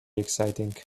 exciting